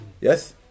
Yes